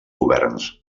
governs